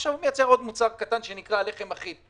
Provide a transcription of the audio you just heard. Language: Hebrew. עכשיו מייצר עוד מוצר קטן שזה לחם אחיד,